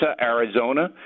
Arizona